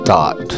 Dot